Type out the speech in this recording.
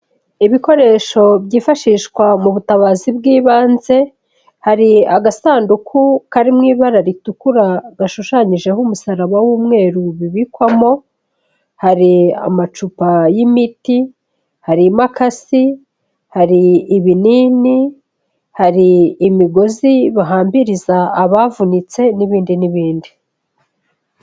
Ibikoresho byifashishwa mu butabazi bw'ibanze, hari agasanduku kari mu ibara ritukura gashushanyijeho umusaraba w'umweru bibikwamo. Hari amacupa y'imiti, harimo imakasi, hari ibinini, hari imigozi bahambiriza abavunitse n'ibindi n'ibindi.